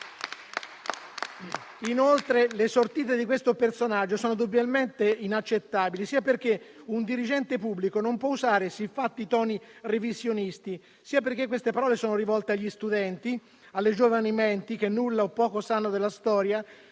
Inoltre le sortite di questo personaggio sono doppiamente inaccettabili, sia perché un dirigente pubblico non può usare siffatti toni revisionisti, sia perché queste parole sono rivolte agli studenti, alle giovani menti che nulla o poco sanno della storia.